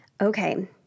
Okay